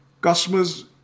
customers